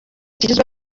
kigizwe